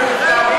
אנחנו מתגעגעים